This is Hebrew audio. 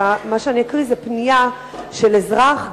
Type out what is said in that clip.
ומה שאני אקרא זה פנייה של אזרח,